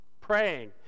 praying